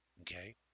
okay